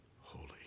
holy